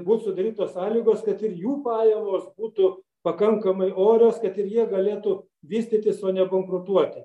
būt sudarytos sąlygos kad ir jų pajamos būtų pakankamai orios kad ir jie galėtų vystytis o ne bankrutuoti